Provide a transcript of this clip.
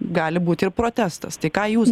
gali būti ir protestas tai ką jūs